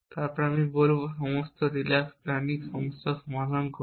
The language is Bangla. তারপর আমি বলব সমস্ত রিল্যাক্স প্ল্যানিং সমস্যার সমাধান করুন